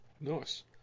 Nice